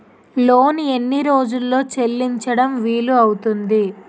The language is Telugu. లోన్ ఎన్ని రోజుల్లో చెల్లించడం వీలు అవుతుంది?